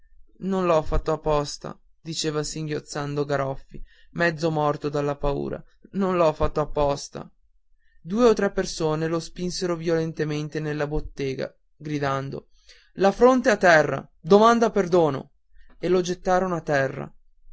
non l'ho fatto apposta diceva singhiozzando garoffi mezzo morto dalla paura non l'ho fatto apposta due o tre persone lo spinsero violentemente nella bottega gridando la fronte a terra domanda perdono e lo gettarono a terra